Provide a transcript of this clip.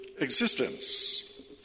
existence